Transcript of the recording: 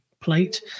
plate